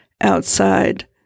outside